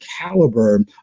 caliber